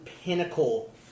pinnacle